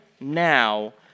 now